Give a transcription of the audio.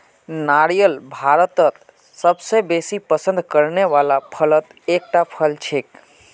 नारियल भारतत सबस बेसी पसंद करने वाला फलत एकता फल छिके